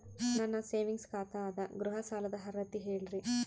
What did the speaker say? ನನ್ನ ಸೇವಿಂಗ್ಸ್ ಖಾತಾ ಅದ, ಗೃಹ ಸಾಲದ ಅರ್ಹತಿ ಹೇಳರಿ?